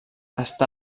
està